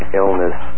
illness